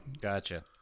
Gotcha